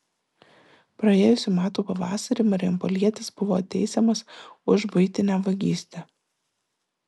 praėjusių metų pavasarį marijampolietis buvo teisiamas už buitinę vagystę